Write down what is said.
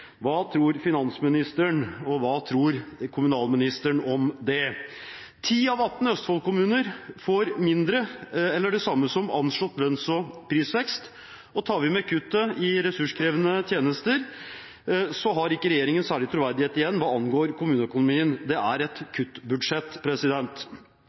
Hva tror finansministeren, og hva tror kommunalministeren om det? 10 av 18 Østfold-kommuner får mindre eller det samme som anslått lønns- og prisvekst, og tar vi med kuttet i ressurskrevende tjenester, har ikke regjeringen særlig troverdighet igjen hva angår kommuneøkonomien. Det er et